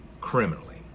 criminally